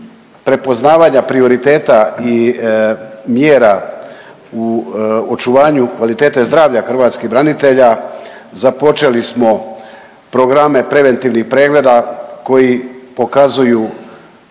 prepoznavanja prioriteta i mjera u očuvanju kvalitete zdravlja hrvatskih branitelja započeli smo programe preventivnih pregleda koji pokazuju